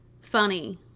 funny